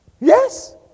Yes